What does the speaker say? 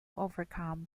overcome